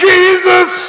Jesus